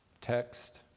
text